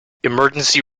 emergency